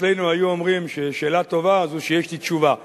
אצלנו היו אומרים ששאלה טובה היא זו שיש לי תשובה עליה,